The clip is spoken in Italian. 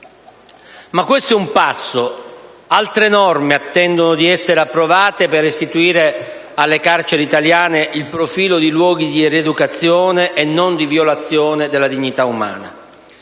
Ma questo è un passo. Altre norme attendono di essere approvate per restituire alle carceri italiane il profilo di luoghi di rieducazione, e non di violazione della dignità umana: